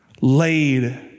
laid